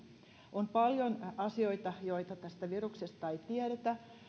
on paljon asioita joita tästä viruksesta ei tiedetä